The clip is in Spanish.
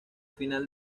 final